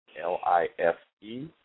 L-I-F-E